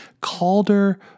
Calder